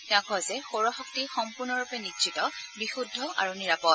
তেওঁ কয় যে সৌৰ শক্তি সম্পূৰ্ণৰূপে নিশ্চিত বিশুদ্ধ আৰু নিৰাপদ